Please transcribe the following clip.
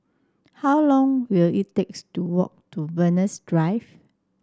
how long will it takes to walk to Venus Drive